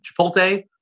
Chipotle